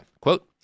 quote